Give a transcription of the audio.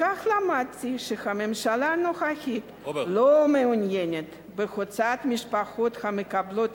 מכך למדתי שהממשלה הנוכחית לא מעוניינת בהוצאת משפחות המקבלות